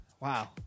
wow